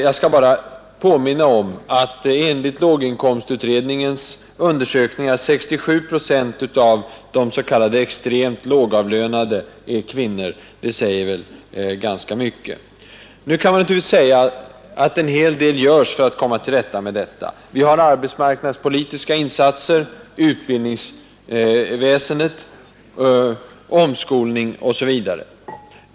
Jag skall endast påminna om att enligt låginkomstutredningens undersökningar 67 procent av de s.k. extremt lågavlönade är kvinnor, Det säger ganska mycket. En hel del görs för att komma till rätta med dessa missförhållanden, arbetsmarknadspolitiska insatser, utbildning, omskolning osv.